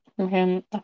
Okay